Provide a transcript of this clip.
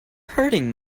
hurting